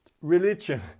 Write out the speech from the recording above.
religion